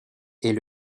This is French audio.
est